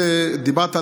נגמרה.